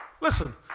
Listen